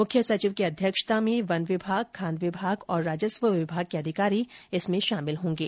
मुख्य सचिव की अध्यक्षता में वन विभाग खान विभाग और राजस्व विभाग के अधिकारी इसमें शामिल होंगे